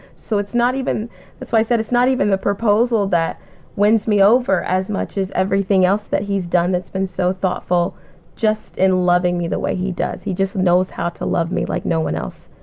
so it's not even that's why i said it's not even the proposal that wins me over as much as everything else that he's done that's been so thoughtful just and loving me the way he does. he just knows how to love me like no one else.